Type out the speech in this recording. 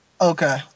Okay